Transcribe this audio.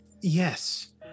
yes